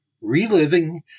Reliving